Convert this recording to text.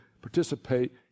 participate